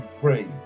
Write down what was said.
free